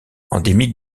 endémique